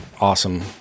awesome